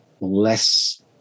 less